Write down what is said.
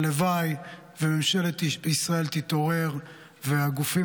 הלוואי שממשלת ישראל תתעורר והגופים